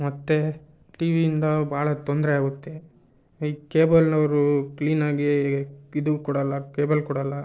ಮತ್ತು ಟಿ ವಿಯಿಂದ ಭಾಳ ತೊಂದರೆ ಆಗುತ್ತೆ ಈ ಕೇಬಲ್ನವರು ಕ್ಲೀನಾಗಿ ಇದು ಕೊಡಲ್ಲ ಕೇಬಲ್ ಕೊಡಲ್ಲ